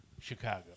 Chicago